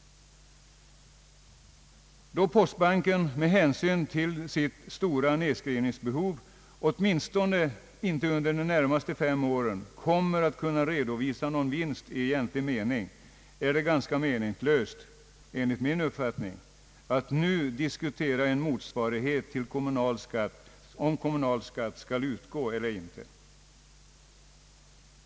Då postbanken med hänsyn till sitt stora nedskrivningsbehov åtminstone inte under de närmaste fem åren kommer att kunna redovisa någon vinst i egentlig mening, är det enligt min uppfattning ganska meningslöst att nu diskutera om motsvarighet till kommunal skatt skall utgå eller inte.